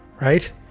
right